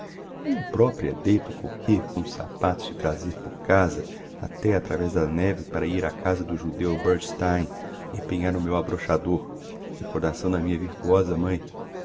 eu propria deito a correr com os sapatos de trazer por casa até atravéz da neve para ir a casa do judeu bumschtein empenhar o meu abrochador recordação da minha virtuosa mãe